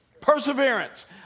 Perseverance